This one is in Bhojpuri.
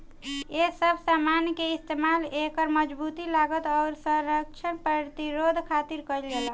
ए सब समान के इस्तमाल एकर मजबूती, लागत, आउर संरक्षण प्रतिरोध खातिर कईल जाला